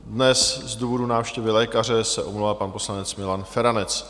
Dnes z důvodu návštěvy lékaře se omlouvá pan poslanec Milan Feranec.